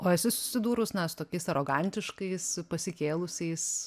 o esi susidūrus na su tokiais arogantiškais pasikėlusiais